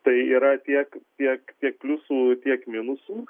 tai yra tiek tiek tiek pliusų tiek minusų